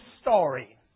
story